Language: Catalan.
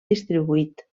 distribuït